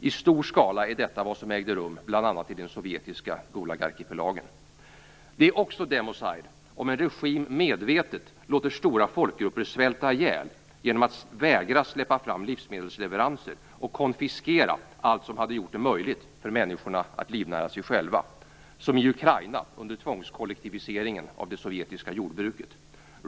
I stor skala är detta vad som ägde rum bl.a. i den sovjetiska Gulagarkipelagen. Det är också democide om en regim medvetet låter stora folkgrupper svälta ihjäl genom att vägra att släppa fram livsmedelsleveranser och konfiskera allt som hade gjort det möjligt för människorna att livnära sig själva, som i Ukraina under tvångskollektiviseringen av det sovjetiska jordbruket.